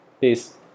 peace